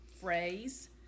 phrase